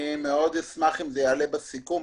אני מאוד ישמח אם זה יעלה בסיכום,